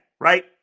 right